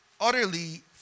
utterly